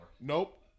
Nope